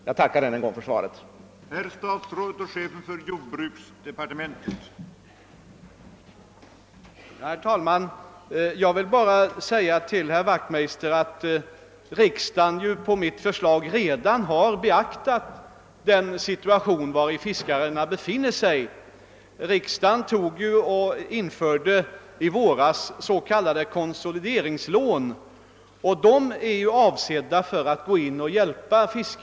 Jag ber än en gång att få tacka för svaret på min fråga.